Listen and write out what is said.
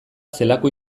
zelako